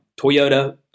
toyota